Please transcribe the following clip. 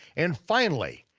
and finally,